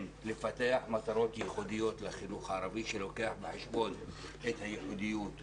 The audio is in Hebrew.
כן לפתח מטרות ייחודיות לחינוך הערבי שלוקח בחשבון את הייחודיות,